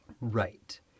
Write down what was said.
Right